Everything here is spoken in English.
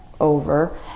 over